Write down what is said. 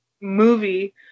movie